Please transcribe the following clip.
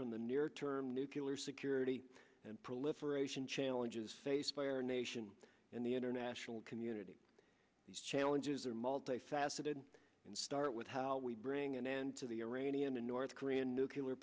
from the near term nucular security and proliferation challenges faced by our nation and the international community these challenges are multi faceted and start with how we bring an end to the uranium in north korea nuclear